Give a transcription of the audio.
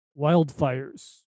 wildfires